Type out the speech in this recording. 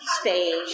stage